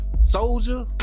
Soldier